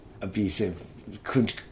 abusive